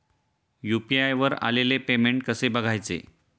UPI वर आलेले payment कसे बघायचे?